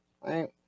right